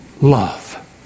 love